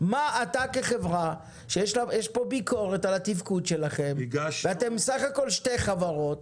מה אתה כחברה שיש פה ביקורת על התפקוד שלכם ואתם סך הכול שתי חברות,